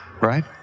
right